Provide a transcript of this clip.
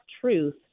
truth